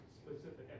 specific